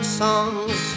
songs